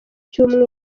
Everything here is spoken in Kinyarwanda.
cyumweru